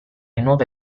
nuove